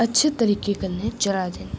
अच्छे तरीके कन्नै चला दे ना